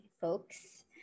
folks